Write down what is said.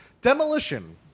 demolition